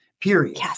period